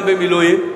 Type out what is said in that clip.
גם במילואים,